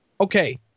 Okay